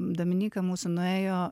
dominyka mūsų nuėjo